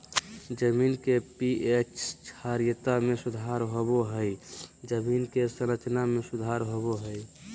जमीन के पी.एच क्षारीयता में सुधार होबो हइ जमीन के संरचना में सुधार होबो हइ